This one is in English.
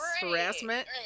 harassment